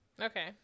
Okay